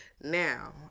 Now